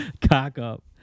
Cock-up